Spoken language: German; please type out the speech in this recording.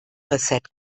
reset